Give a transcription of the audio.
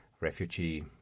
refugee